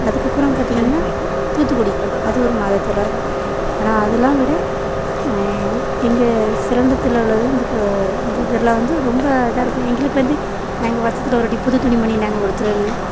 அதுக்கப்புறம் பார்த்தீங்கன்னா தூத்துக்குடி அது ஒரு மாதா திருவிழா தான் ஆனால் அதெல்லாம் விட இங்கே சிறந்த திருவிழா உள்ளது இந்த கோ இந்த திருவிழா வந்து ரொம்ப இதாக இருக்கும் எங்களுக்கு வந்து நாங்கள் வருஷத்துல ஒரு வாட்டி புது துணிமணி நாங்கள் உடுத்துவது